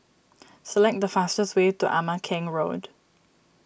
select the fastest way to Ama Keng Road